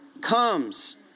comes